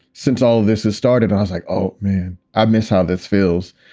since all of this has started, i was like, oh, man, i miss how this feels.